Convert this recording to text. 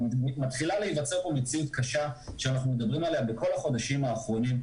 מתחילה להיווצר פה מציאות קשה שאנחנו מדברים עליה בכל החודשים האחרונים,